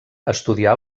estudià